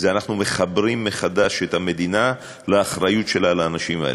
אנחנו מחברים מחדש את המדינה לאחריות שלה לאנשים האלה.